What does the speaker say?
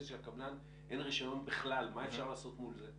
שלקבלן אין רישיון בכלל מה אפשר לעשות מול זה?